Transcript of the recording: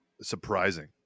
surprising